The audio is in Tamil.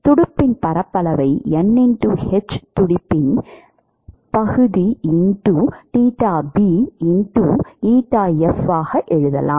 துடுப்பின் பரப்பளவை N h துடுப்பின் பகுதிஆக எழுதலாம்